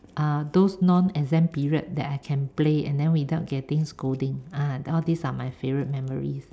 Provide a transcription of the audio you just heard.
uh those non exam period that I can play and then without getting scolding ah all these are my favourite memories